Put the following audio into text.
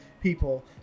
people